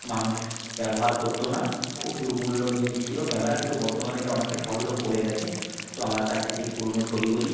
মানুষ ব্যবহার করতো না খুব দুর্মূল্য জিনিস ছিলো ক্যামেরা কিন্তু বর্তমানে এটা অনেকটাই সহজলভ্য হয়ে গেছে তো আমার কাছে সেই পুরোনো ছবিগুলি